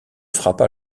frappa